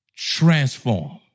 transform